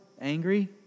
Angry